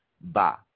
Ba